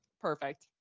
perfect